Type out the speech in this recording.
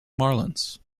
marlins